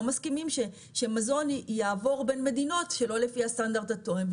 מסכימים שמזון יעבור בין מדינות שלא לפי הסטנדרט התואם.